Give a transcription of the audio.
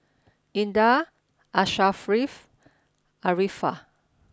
Indah Asharaff and Arifa